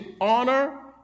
honor